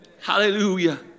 hallelujah